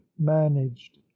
managed